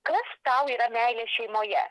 kas tau yra meilė šeimoje